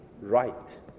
right